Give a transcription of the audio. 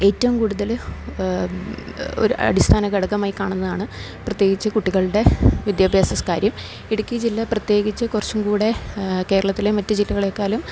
ഏറ്റവും കൂടുതല് ഒരു അടിസ്ഥാന ഘടകമായി കാണുന്നതാണ് പ്രത്യേകിച്ച് കുട്ടികളുടെ വിദ്യാഭ്യാസ കാര്യം ഇടുക്കി ജില്ല പ്രത്യേകിച്ച് കുറച്ചുംകൂടെ കേരളത്തിലെ മറ്റു ജില്ലകളെക്കാളിലും